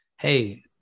Hey